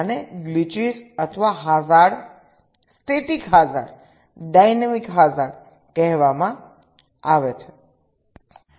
આને ગ્લિચસ અથવા hazard static hazard dynamic hazard કહેવામાં આવે છે